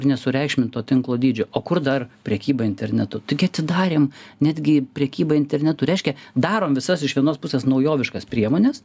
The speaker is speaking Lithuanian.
ir nesureikšmint to tinklo dydžio o kur dar prekyba internetu taigi atidarėm netgi prekybą internetu reiškia darom visas iš vienos pusės naujoviškas priemones